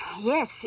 yes